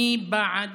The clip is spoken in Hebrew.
אני בעד